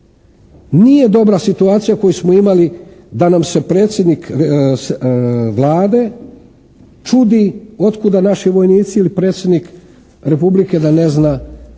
Nije dobra situacija koju smo imali da nam se predsjednik Vlade čudi otkuda naši vojnici ili Predsjednik Republike da ne zna što